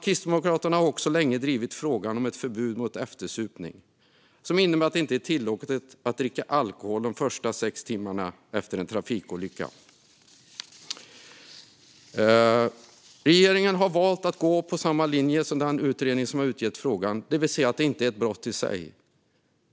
Kristdemokraterna har också länge drivit frågan om ett förbud mot eftersupning som innebär att det inte är tillåtet att dricka alkohol de första sex timmarna efter en trafikolycka. Regeringen har valt att gå på utredningens linje, det vill säga att det inte är ett brott i sig.